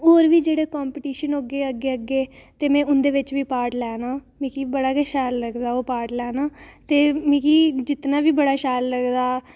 ते होर बी जेह्ड़े कम्पीटिशन होगे अग्गें अग्गें ते में उंदे बिच बी पार्ट लैना मिगी बड़ा गै शैल लगदा ओह् पार्ट लैना ते मिगी जित्तना बी बड़ा शैल लगदा